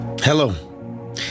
Hello